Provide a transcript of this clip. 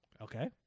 Okay